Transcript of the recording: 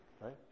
right